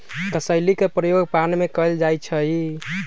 कसेली के प्रयोग पान में कएल जाइ छइ